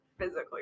Physically